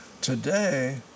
Today